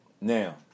Now